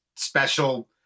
special